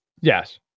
Yes